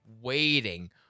waiting